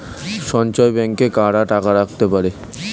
সঞ্চয় ব্যাংকে কারা টাকা রাখতে পারে?